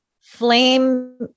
flame